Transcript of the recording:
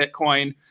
Bitcoin